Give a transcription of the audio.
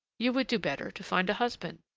you would do better to find a husband.